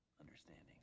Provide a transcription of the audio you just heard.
understanding